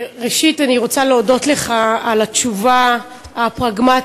ראשית, אני רוצה להודות לך על התשובה הפרגמטית.